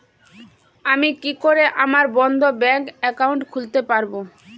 আমি কি করে আমার বন্ধ ব্যাংক একাউন্ট খুলতে পারবো?